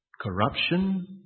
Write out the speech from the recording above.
Corruption